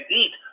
eat